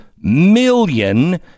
million